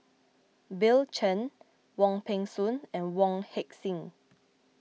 Bill Chen Wong Peng Soon and Wong Heck Sing